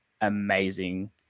amazing